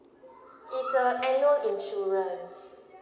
is a annual insurance